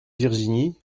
virginie